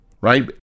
right